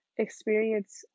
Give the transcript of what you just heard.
experience